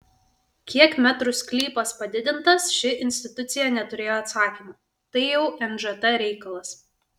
kiek metrų sklypas padidintas ši institucija neturėjo atsakymo tai jau nžt reikalas